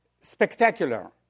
spectacular